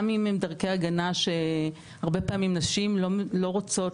גם אם אלו דרכי הגנה שהרבה פעמים נשים לא רוצות,